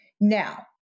Now